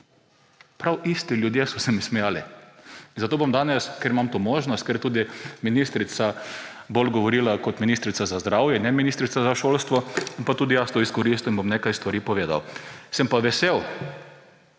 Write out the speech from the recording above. Prav isti ljudje so se mi smejali. Zato bom danes, ker imam to možnost, ker je tudi ministrica govorila bolj kot ministrica za zdravje, ne ministrica za šolstvo, bom pa tudi jaz to izkoristil in bom nekaj stvari povedal. Sem pa vesel,